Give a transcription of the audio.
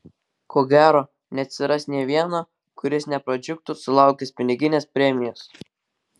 ko gero neatsiras nė vieno kuris nepradžiugtų sulaukęs piniginės premijos